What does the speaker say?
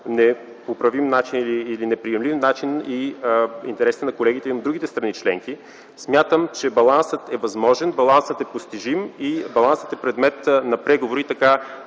непоправим начин или неприемлив начин интересите на колегите и на другите страни членки. Смятам, че балансът е възможен, балансът е постижим и балансът е предмет на преговори. Така